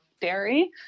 dairy